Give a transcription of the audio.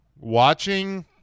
watching